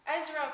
Ezra